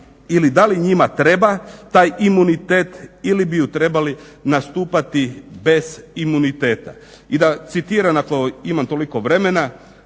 ili da li njima treba taj imunitet ili bi trebali nastupati bez imuniteta. I da citiram, ako imam toliko vremena,